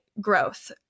growth